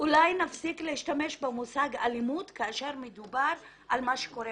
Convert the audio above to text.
ולומר שאולי נפסיק להשתמש במושג אלימות כאשר מדובר על מה שקורה